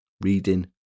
reading